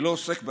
ולא עוסק בעצמך,